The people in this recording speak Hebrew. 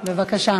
בבקשה.